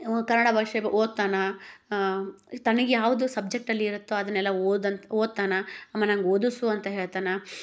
ಇವ ಕನ್ನಡ ಭಾಷೆ ಓದ್ತಾನೆ ತನಗೆ ಯಾವುದು ಸಬ್ಜೆಕ್ಟಲ್ಲಿರುತ್ತೋ ಅದನ್ನೆಲ್ಲಾ ಓದಂತ ಓದ್ತಾನೆ ಅಮ್ಮ ನಂಗೆ ಓದಿಸು ಅಂತ ಹೇಳ್ತಾನೆ